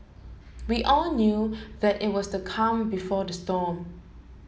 we all knew that it was the calm before the storm